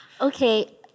Okay